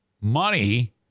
money